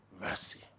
mercy